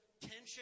tension